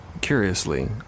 curiously